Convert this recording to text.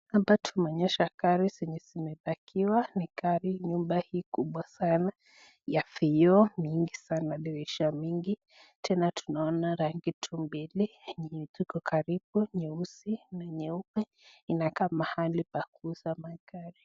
Hapa tunaonyeshwa gari zenye zimepakiwa, ni gari nyumba hii kubwa sana ya vioo mingi sana dirisha mingi. Tena tunaona rangi tu mbili enye iko karibu nyeusi na nyeupe inakaa mahali pa kuuza magari.